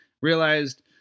realized